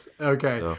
Okay